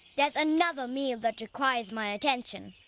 there's another meal that requires my attention.